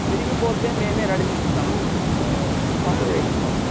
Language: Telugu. విరిగిపోతే మేమే రెడీ చేసిస్తామండి కొత్తది వేసిస్తాము